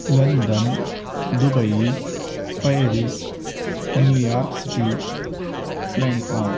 London Dubai Paris New York city Bangkok